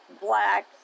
black